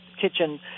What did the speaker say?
kitchen